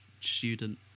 student